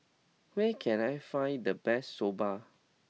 where can I find the best Soba